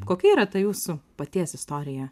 kokia yra ta jūsų paties istorija